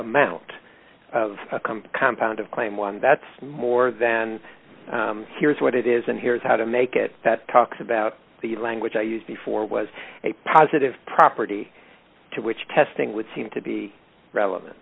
amount of compound of claim one that's more than here's what it is and here is how to make it that talks about the language i used before was a positive property to which testing would seem to be relevant